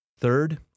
Third